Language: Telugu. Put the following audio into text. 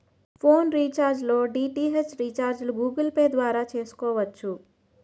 ఫోన్ రీఛార్జ్ లో డి.టి.హెచ్ రీఛార్జిలు గూగుల్ పే ద్వారా చేసుకోవచ్చు